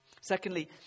Secondly